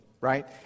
right